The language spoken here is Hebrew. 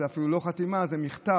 זו אפילו לא חתימה, זה מכתב